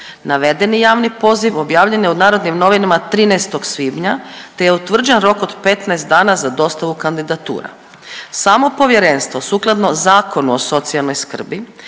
Navedeni javni poziv objavljen je u Narodnim novinama 13. svibnja te je utvrđen rok od 15 dana za dostavu kandidatura. Samo povjerenstvo sukladno Zakonu o socijalnoj skrbi